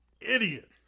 idiot